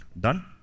done